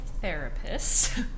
therapist